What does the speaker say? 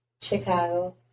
Chicago